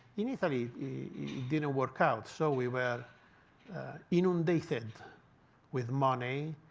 in italy, it didn't work out. so we were inundated with money.